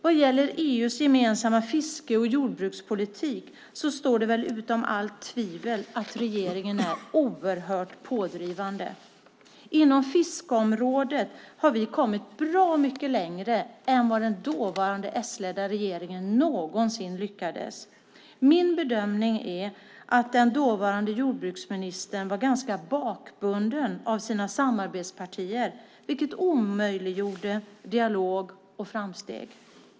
Vad gäller EU:s gemensamma fiske och jordbrukspolitik står det väl utom allt tvivel att regeringen är oerhört pådrivande. Inom fiskeområdet har vi kommit bra mycket längre än vad den dåvarande s-ledda regeringen någonsin lyckades med. Min bedömning är att den dåvarande jordbruksministern var ganska bakbunden av sina samarbetspartier, vilket omöjliggjorde dialog och framsteg.